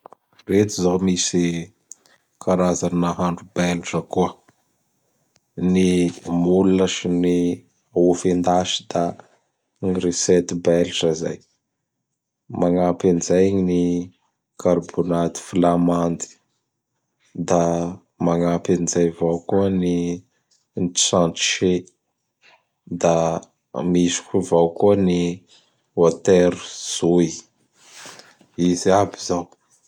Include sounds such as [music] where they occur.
[noise] Reto zao misy, karazan nahandro Belge koa: [noise] Ny Moule sy ny Ovy endasy da [noise] ny recette belge zay. Magnampy an zay gn ny Carbonate Flamande; da magnapy an'izay vao koa ny tchandchis; [noise] da misy k vao koa ny Watery zoy. [noise] Izy aby zao.